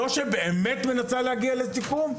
שלא מנסה להגיע לסיכום.